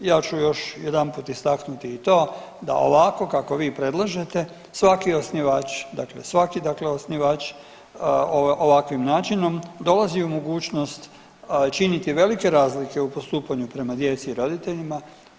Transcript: Ja ću još jedanput istaknuti i to da ovako kako vi predlažete svaki osnivač, dakle svaki dakle osnivač ovakvim načinom dolazi u mogućnost činiti velike razlike u postupanju prema djeci i roditeljima.